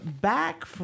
back